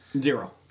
Zero